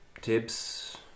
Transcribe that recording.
tips